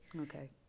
Okay